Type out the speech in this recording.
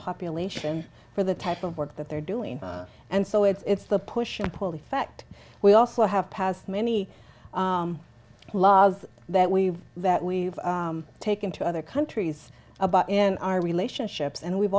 population for the type of work that they're doing and so it's the push pull effect we also have passed many laws that we've that we've taken to other countries about in our relationships and we've